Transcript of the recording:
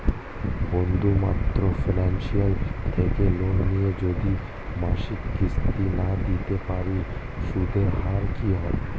বন্ধন micro finance থেকে loan নিয়ে যদি মাসিক কিস্তি না দিতে পারি সুদের হার কি হবে?